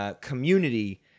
community